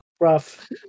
Rough